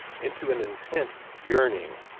into an intent, yearning,